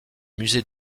musée